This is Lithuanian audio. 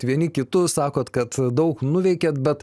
vieni kitus sakot kad daug nuveikėt bet